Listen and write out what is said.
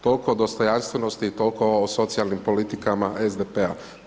Tol'ko o dostojanstvenosti i toliko o socijalnim politikama SDP-a.